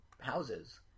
houses